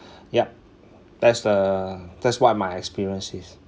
yup that's the that's what my experience is